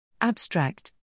Abstract